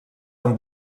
amb